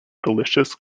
delicious